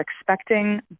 expecting